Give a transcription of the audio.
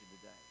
today